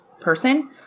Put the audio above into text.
person